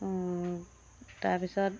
তাৰ পিছত